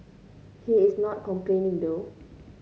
he is not complaining though